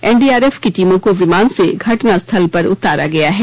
NDRF की टीमों को विमान से घटनास्थकल पर उतारा गया है